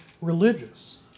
religious